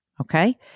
okay